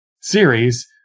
series